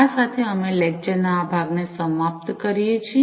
આ સાથે અમે લેકચર ના આ ભાગને સમાપ્ત કરીએ છીએ